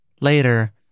later